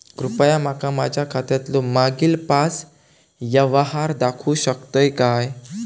कृपया माका माझ्या खात्यातलो मागील पाच यव्हहार दाखवु शकतय काय?